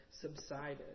subsided